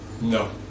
No